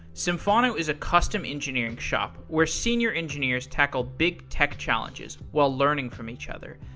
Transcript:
symphono is a custom engineering shop where senior engineers tackle big tech challenges while learning from each other.